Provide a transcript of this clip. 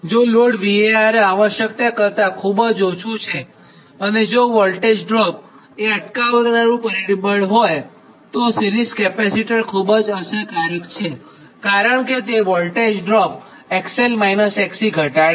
જો load VAR આવશ્યકતા ખૂબ જ ઓછી છે અને જો વોલ્ટેજ ડ્રોપ એ અટકાવનારું પરિબળ હોયતો સિરીઝ કેપેસિટર ખૂબ અસરકારક છે કારણ કે તે ખરેખર વોલ્ટેજ ડ્રોપ XL- XC ઘટાડે છે